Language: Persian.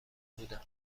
بودند